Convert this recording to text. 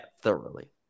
thoroughly